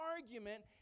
argument